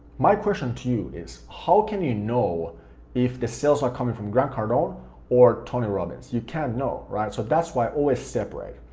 my question to you is, how can you know if the sales are coming from grant cardone or tony robbins? you can't know, right, so that's why i always separate.